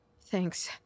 Thanks